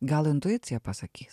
gal intuicija pasakys